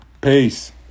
Peace